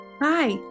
hi